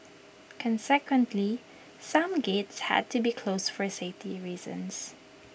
consequently some gates had to be closed for safety reasons